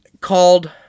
called